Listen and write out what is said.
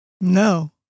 No